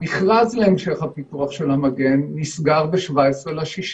המכרז להמשך הפיתוח של המגן נסגר ב-17 ביוני.